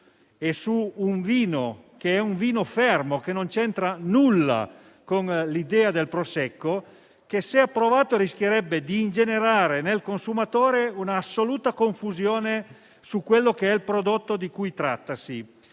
e su un vino che è fermo e non c'entra nulla con l'idea del Prosecco, che se approvato, rischierebbe di ingenerare nel consumatore un'assoluta confusione su quello che è il prodotto di cui trattasi.